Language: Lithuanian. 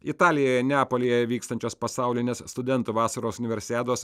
italijoje neapolyje vykstančios pasaulinės studentų vasaros universiados